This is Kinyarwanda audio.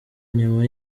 nyuma